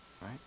Right